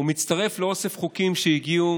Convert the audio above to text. והוא מצטרף לאוסף חוקים שהגיעו